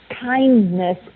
kindness